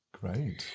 Great